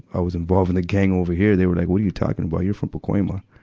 i was involved in a gang over here, they were like, what are you talking about? you're from pacoima.